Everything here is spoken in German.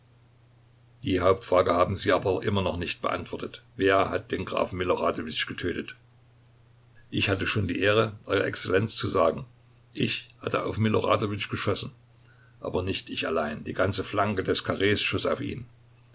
die hauptfrage haben sie aber noch immer nicht beantwortet wer hat den grafen miloradowitsch getötet ich hatte schon die ehre euer exzellenz zu sagen ich hatte auf miloradowitsch geschossen aber nicht ich allein die ganze flanke des karrees schoß auf ihn